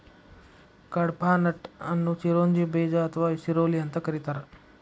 ಕಡ್ಪಾಹ್ನಟ್ ಅನ್ನು ಚಿರೋಂಜಿ ಬೇಜ ಅಥವಾ ಚಿರೋಲಿ ಅಂತ ಕರೇತಾರ